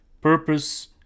purpose